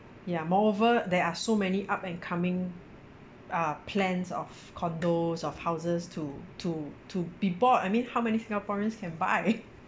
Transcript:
ya moreover there are so many up and coming uh plans of condos of houses to to to people I mean how many singaporeans can buy